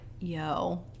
yo